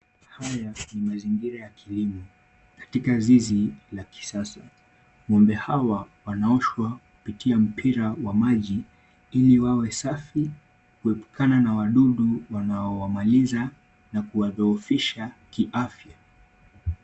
Haya ni mazingira ya kilimo, katika zizi la kisasa ng'ombe hawa wanaoshwa kupitia mpira wa maji ili wawe safi kuepukana na wadudu wanaowamaliza na kuwadhoofisha kiafya.